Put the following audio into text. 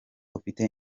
ufite